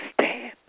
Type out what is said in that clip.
stand